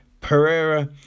Pereira